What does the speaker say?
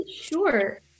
sure